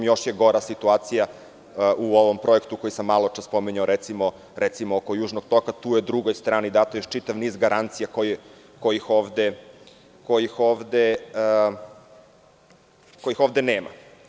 Još je gora situacija u ovom projektu koji sam maločas spominjao, recimo oko Južnog toka gde je drugoj strani dat još čitav niz garancija kojih ovde nema.